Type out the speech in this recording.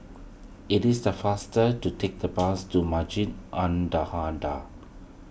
it is the faster to take the bus to Masjid An